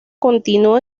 continuó